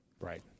Right